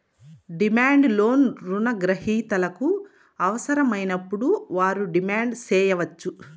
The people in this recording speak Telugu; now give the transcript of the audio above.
డిమాండ్ లోన్ రుణ గ్రహీతలకు అవసరమైనప్పుడు వారు డిమాండ్ సేయచ్చు